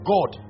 God